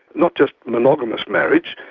not just monogamous marriage.